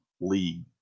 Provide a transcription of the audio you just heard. league